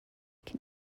can